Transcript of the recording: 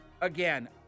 again